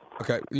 Okay